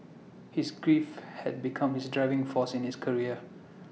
his grief had become his driving force in his career